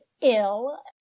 ill